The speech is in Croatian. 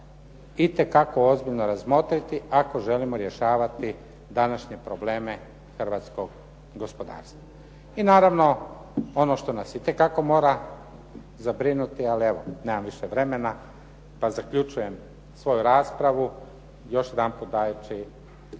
itekako ozbiljno razmotriti ako želimo rješavati današnje probleme hrvatskog gospodarstva. I naravno, ono što nas itekako mora zabrinuti, ali evo, nemam više vremena, pa zaključujem svoju raspravu još jedanput dajući